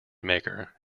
maker